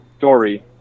dory